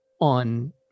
on